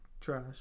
trash